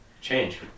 change